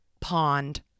Pond